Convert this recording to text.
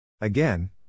Again